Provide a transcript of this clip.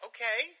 Okay